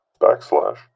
backslash